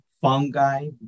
fungi